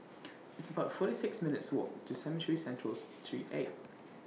It's about forty six minutes' Walk to Cemetry Central's Street eight